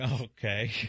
Okay